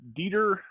Dieter